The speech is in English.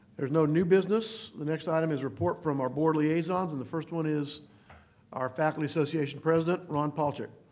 there's no new business. the next item is report from our board liaisons and first one is our faculty association president, ron palcic.